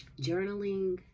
journaling